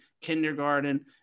kindergarten